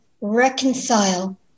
reconcile